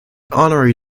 honorary